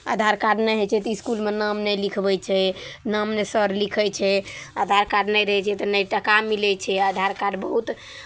आधार कार्ड नहि होइ छै तऽ इसकुलमे नाम नहि लिखबै छै नाम नहि सर लिखै छै आधार कार्ड नहि रहै छै तऽ नहि टाका मिलै छै आधार कार्ड बहुत